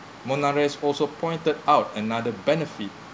monaress also pointed out another benefit